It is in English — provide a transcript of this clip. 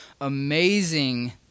amazing